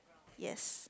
yes